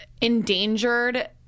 endangered